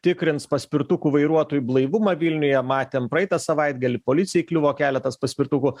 tikrins paspirtukų vairuotojų blaivumą vilniuje matėm praeitą savaitgalį policijai įkliuvo keletas paspirtukų